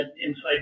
inside